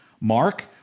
Mark